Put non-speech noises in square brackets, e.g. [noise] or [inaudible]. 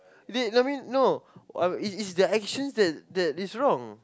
they I mean no [noise] it it's their actions that that is wrong